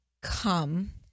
come